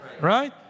right